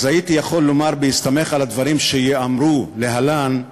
הייתי יכול לומר, בהסתמך על הדברים שייאמרו להלן,